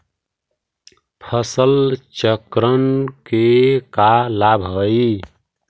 फसल चक्रण के का लाभ हई?